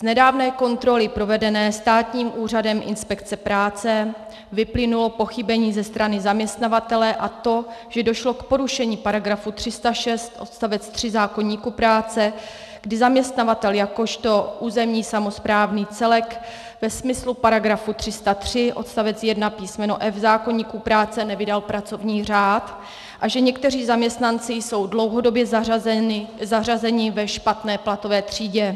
Z nedávné kontroly provedené Státním úřadem inspekce práce vyplynulo pochybení ze strany zaměstnavatele, a to že došlo k porušení paragrafu 306 odst. 3 zákoníku práce, kdy zaměstnavatel jakožto územní samosprávný celek ve smyslu paragrafu 303 odst. 1 písm. f) zákoníku práce nevydal pracovní řád, a že někteří zaměstnanci jsou dlouhodobě zařazeni ve špatné platové třídě.